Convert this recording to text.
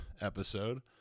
episode